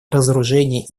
разоружения